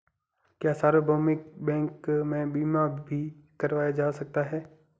क्या सार्वभौमिक बैंक में बीमा भी करवाया जा सकता है?